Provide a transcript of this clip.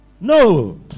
No